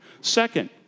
Second